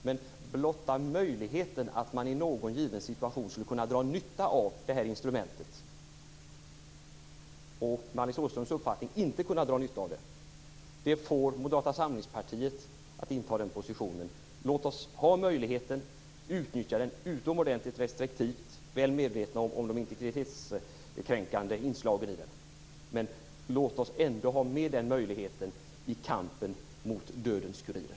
Men blotta möjligheten att man i någon given situation skulle kunna dra nytta av det här instrumentet får Moderata samlingspartiet att inta den här positionen. Låt oss ha den möjligheten och utnyttja den utomordentligt restriktivt! Vi är väl medvetna om de integritetskränkande inslagen i den. Men låt oss ändå ha med den möjligheten i kampen mot dödens kurirer!